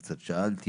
וקצת שאלתי